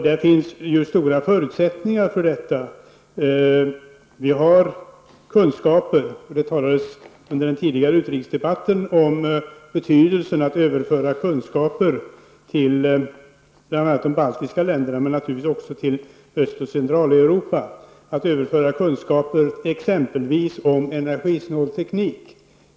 Det finns ju stora förutsättningar för detta, eftersom vi har kunskaper. Under den tidigare utrikesdebatten talades det om betydelsen av att överföra kunskaper till bl.a. de baltiska länderna och naturligtvis också till Öst och Centraleuropa om t.ex. energisnål teknik.